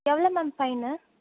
எவ்வளோ ma'am fine